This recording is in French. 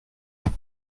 pas